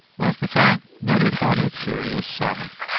was the fact that it had its serious side.